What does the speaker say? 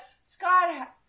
Scott